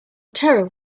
terror